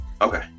Okay